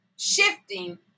Shifting